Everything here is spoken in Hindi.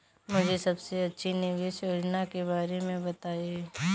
मुझे सबसे अच्छी निवेश योजना के बारे में बताएँ?